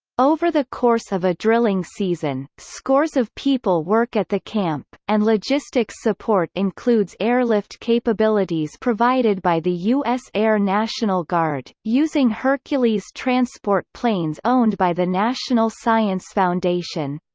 over the course of a drilling season, scores of people work at the camp, and logistics support includes airlift capabilities provided by the us air national national guard, using hercules transport planes owned by the national science foundation.